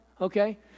Okay